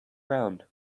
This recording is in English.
around